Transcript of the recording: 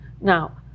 Now